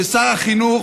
של שר החינוך,